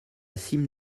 cime